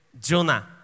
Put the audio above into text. Jonah